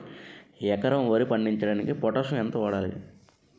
ఎకరం వరి పండించటానికి పొటాష్ ఎంత వాడాలి?